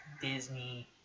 Disney